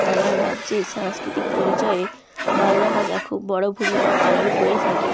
আমার রাজ্যে সাংস্কৃতিক পরিচয়ে বাংলা ভাষা খুব বড় ভূমিকা পালন করে থাকে